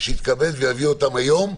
שיתכבד ויביא את זה היום,